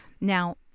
now